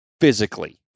physically